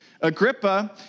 Agrippa